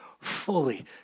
fully